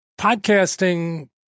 podcasting